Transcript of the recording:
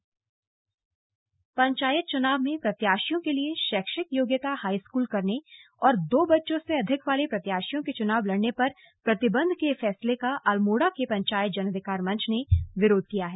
slug विरोध अल्मोड़ा पंचायत चुनाव में प्रत्याशियों के लिए शैक्षिक योग्यता हाईस्कूल करने और दो बच्चों से अधिक वाले प्रत्याशियों के चुनाव लड़ने पर प्रतिबंध के फैसले का अल्मोड़ा के पंचायत जनाधिकार मंच ने विरोध किया है